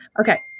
Okay